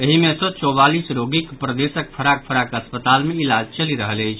एहि मे सँ चौवालीस रोगीक प्रदेशक फराक फराक अस्पताल मे इलाज चलि रहल अछि